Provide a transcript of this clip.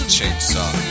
Chainsaw